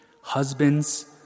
Husbands